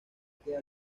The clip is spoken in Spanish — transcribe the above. queda